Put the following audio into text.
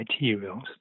materials